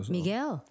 Miguel